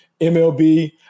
MLB